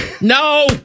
No